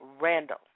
Randall